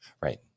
Right